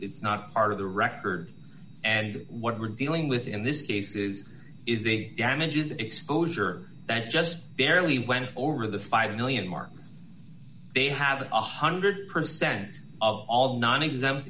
is not part of the record and what we're dealing with in this case is is the damages exposure that just barely went over the five million mark they have one hundred percent of all nonexempt